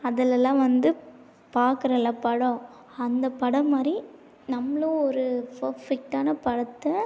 அதிலலாம் வந்து பார்க்கறன் இல்லை படம் அந்த படம் மாதிரி நம்மளும் ஒரு பர்ஃபெக்ட்டான படத்தை